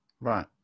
Right